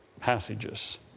passages